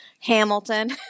Hamilton